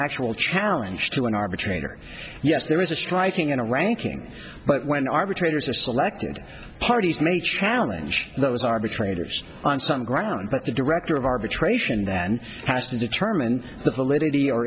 actual challenge to an arbitrator yes there is a striking in a ranking but when arbitrator selected parties may challenge those arbitrators on some ground but the director of arbitration then has to determine the validity or